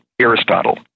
Aristotle